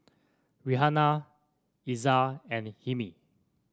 Raihana Izzat and Hilmi